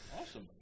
Awesome